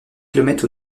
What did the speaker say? kilomètres